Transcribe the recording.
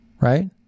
right